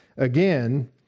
Again